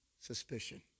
suspicion